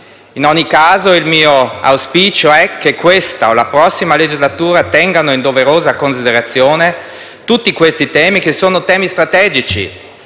In ogni caso, il mio auspicio è che i parlamentari di questa o della prossima legislatura tengano in doverosa considerazione tutti questi temi, che sono strategici